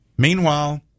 Meanwhile